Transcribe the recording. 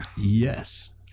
yes